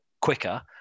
quicker